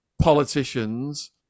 politicians